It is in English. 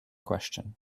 question